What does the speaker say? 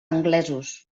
anglesos